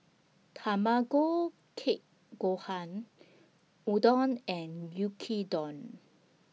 Tamago Kake Gohan Udon and Yuki Don